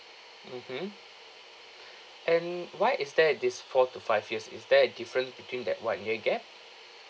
mmhmm and why is there this four to five years is there a difference between that one year gap